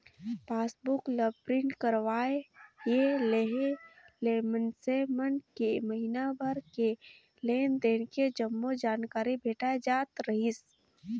passbook ला print करवाये लेहे ले मइनसे मन के महिना भर के लेन देन के जम्मो जानकारी भेटाय जात रहीस